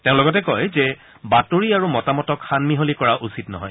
তেওঁ লগতে কয় যে বাতৰি আৰু মতামতক সানমিহলি কৰা উচিত নহয়